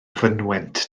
fynwent